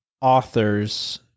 authors